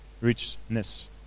richness